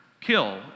Kill